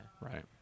right